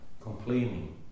Complaining